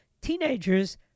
Teenagers